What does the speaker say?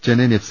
Chennaiyin F